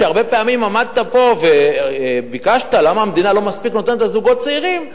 שהרבה פעמים עמדת פה וטענת למה המדינה לא מספיק נותנת לזוגות צעירים,